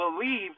believe